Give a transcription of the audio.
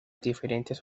diferentes